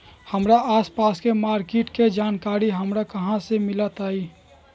हमर आसपास के मार्किट के जानकारी हमरा कहाँ से मिताई?